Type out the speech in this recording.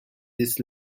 this